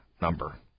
number